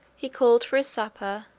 he called for his supper,